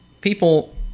people